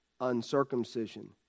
uncircumcision